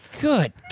Good